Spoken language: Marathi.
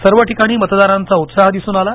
सर्व ठिकाणी मतदारांचा उत्साह दिसून आला